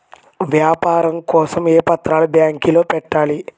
వ్యాపారం కోసం ఏ పత్రాలు బ్యాంక్లో పెట్టాలి?